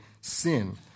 sin